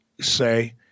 say